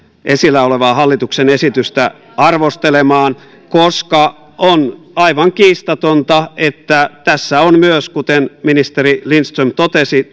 esillä olevaa hallituksen esitystä arvostelemaan koska on aivan kiistatonta että tässä on myös kuten ministeri lindström totesi